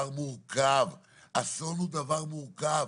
אסון הוא דבר מורכב,